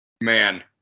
man